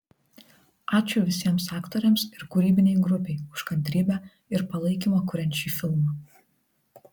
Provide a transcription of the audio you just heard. ačiū visiems aktoriams ir kūrybinei grupei už kantrybę ir palaikymą kuriant šį filmą